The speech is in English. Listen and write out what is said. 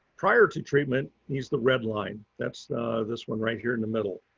prior to treatment, he's the red line, that's this one right here in the middle.